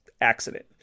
Accident